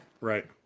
Right